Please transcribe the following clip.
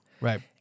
Right